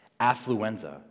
affluenza